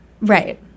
Right